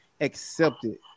accepted